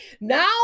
Now